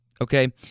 okay